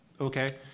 Okay